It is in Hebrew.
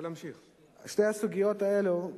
שתי הסוגיות האלו,